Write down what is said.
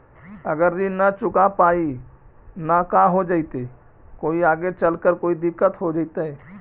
अगर ऋण न चुका पाई न का हो जयती, कोई आगे चलकर कोई दिलत हो जयती?